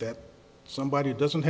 that somebody doesn't